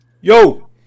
Yo